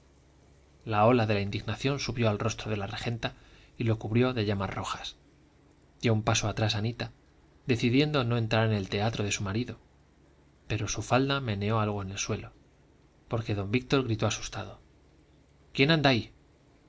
la ola de la indignación subió al rostro de la regenta y lo cubrió de llamas rojas dio un paso atrás anita decidiendo no entrar en el teatro de su marido pero su falda meneó algo en el suelo porque don víctor gritó asustado quién anda ahí